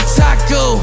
taco